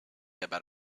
about